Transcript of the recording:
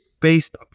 Based